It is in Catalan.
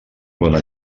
bona